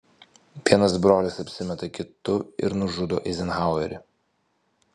vienas brolis apsimeta kitu ir nužudo eizenhauerį